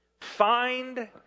find